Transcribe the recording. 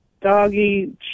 Doggy